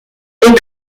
est